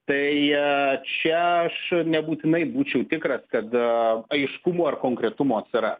tai čia aš nebūtinai būčiau tikras kad aiškumo ir konkretumo yra